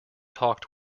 talked